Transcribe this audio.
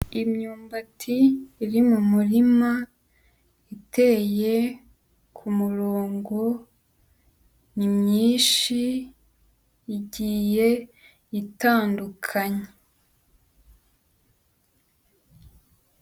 Imyumbati iri mu murima, iteye ku murongo, ni myinshi, igiye itandukanye.